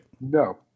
No